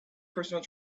personal